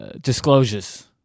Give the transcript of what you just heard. disclosures